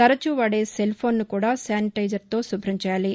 తరచూ వాదే సెల్ఫోన్ ను కూడా శానిటైజర్తో శుభ్రం చేయాలి